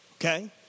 Okay